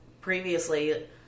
previously